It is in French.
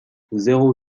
zéro